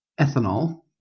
ethanol